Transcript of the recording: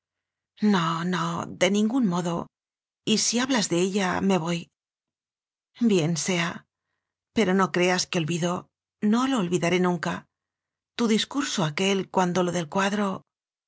no no de ningún modo y si hablas de ella me voy bien sea pero no creas que olvido no lo olvidaré nunca tu discurso aquel cuando lo del cuadro